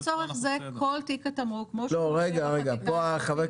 עד כאן אנחנו